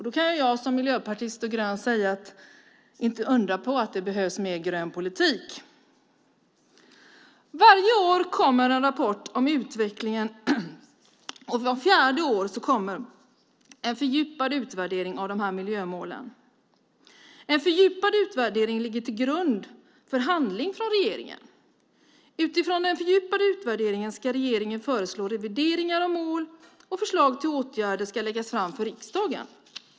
Då kan jag som miljöpartist och grön säga: Inte undra på att det behövs mer grön politik. Varje år kommer en rapport om utvecklingen. Vart fjärde år kommer en fördjupad utvärdering av miljömålen. En fördjupad utvärdering ligger till grund för handling från regeringens sida. Utifrån den fördjupade utvärderingen ska regeringen föreslå revideringar av mål, och förslag till åtgärder ska läggas fram för riksdagen.